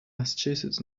massachusetts